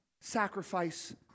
sacrifice